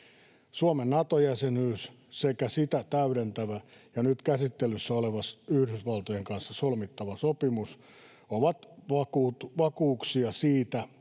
Suomen Nato-jäsenyys sekä sitä täydentävä ja nyt käsittelyssä oleva Yhdysvaltojen kanssa solmittava sopimus ovat vakuuksia siitä,